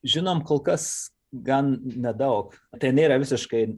žinom kol kas gan nedaug tai nėra visiškai